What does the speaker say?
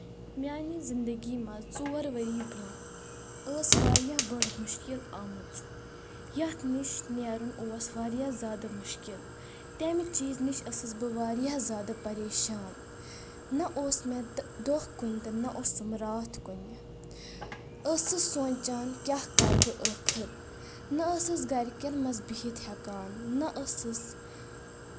میانہِ زنٛدگی منٛز ژور ؤری بروٚنٛہہ ٲس واریاہ بٔڑ مُشکِل آمٕژ یَتھ نِش نیرُن اوس واریاہ زیادٕ مُشکِل تَمہِ چیٖز نِش ٲسٕس بہٕ واریاہ زیادٕ پریشان نَہ اوس مےٚ دۄہ کُنہِ نَہ اوسُم رَتھ کُنہِ أسٕس سونٛچان کیٚاہ کَرٕ بہٕ ٲخر نَہ ٲسٕس گرِکٮ۪ن منٛز بِہتھ ہٮ۪کان نَہ ٲسٕس